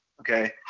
okay